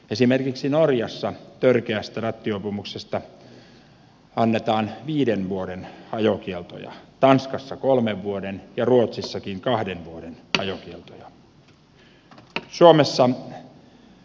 esimerkiksi norjassa törkeästä rattijuopumuksesta annetaan viiden vuoden ajokieltoja tanskassa kolmen vuoden ja ruotsissakin kahden vuoden ajokieltoja